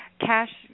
cash